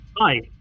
Hi